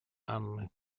анны